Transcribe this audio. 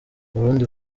abarundi